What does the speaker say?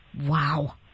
wow